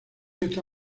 está